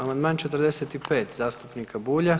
Amandman 45. zastupnika Bulja.